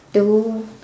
the world